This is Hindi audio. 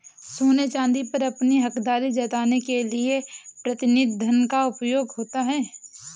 सोने चांदी पर अपनी हकदारी जताने के लिए प्रतिनिधि धन का उपयोग होता है